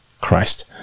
Christ